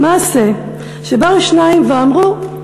"מעשה שבאו שניים ואמרו,